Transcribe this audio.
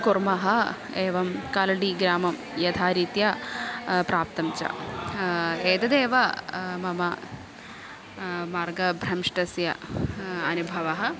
कुर्मः एवं कालडिग्रामं यथा रीत्या प्राप्तं च एतदेव मम मार्गभ्रंष्टस्य अनुभवः